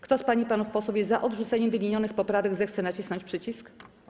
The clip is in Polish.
Kto z pań i panów posłów jest za odrzuceniem wymienionych poprawek, zechce nacisnąć przycisk.